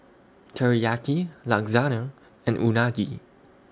Teriyaki Lasagna and Unagi